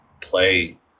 play